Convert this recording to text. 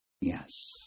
Yes